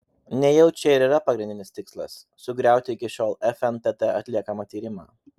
nejau čia ir yra pagrindinis tikslas sugriauti iki šiol fntt atliekamą tyrimą